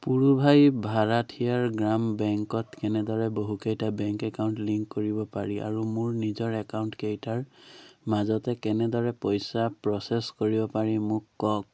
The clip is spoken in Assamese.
পুৰুভাই ভাৰাঠিয়াৰ গ্ৰাম বেংকত কেনেদৰে বহুকেইটা বেংক একাউণ্ট লিংক কৰিব পাৰি আৰু মোৰ নিজৰ একাউণ্টকেইটাৰ মাজতে কেনেদৰে পইচা প্ৰ'চেছ কৰিব পাৰি মোক কওঁক